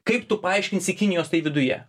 kaip tu paaiškinsi kinijos tai viduje